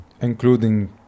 Including